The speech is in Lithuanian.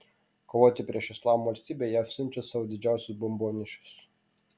kovoti prieš islamo valstybę jav siunčia savo didžiausius bombonešius